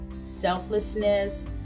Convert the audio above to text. selflessness